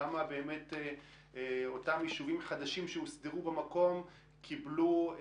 כמה באמת אותם יישובים חדשים שהוסדרו במקום קיבלו,